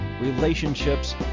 relationships